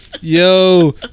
Yo